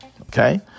Okay